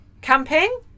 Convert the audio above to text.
camping